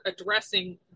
addressing